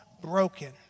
broken